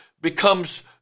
becomes